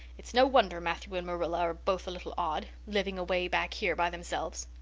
it's no wonder matthew and marilla are both a little odd, living away back here by themselves.